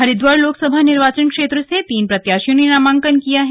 हरिद्वार लोकसभा निर्वाचन क्षेत्र से तीन प्रत्याशियों ने नामांकन किया है